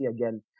again